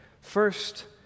First